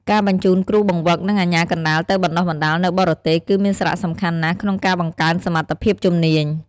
ការបញ្ជូនគ្រូបង្វឹក និងអាជ្ញាកណ្តាលទៅបណ្តុះបណ្តាលនៅបរទេស គឺមានសារៈសំខាន់ណាស់ក្នុងការបង្កើនសមត្ថភាពជំនាញ។